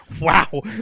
Wow